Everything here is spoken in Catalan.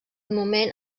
moment